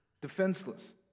Defenseless